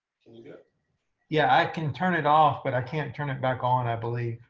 yeah, yeah i can turn it off. but i can't turn it back on i believe.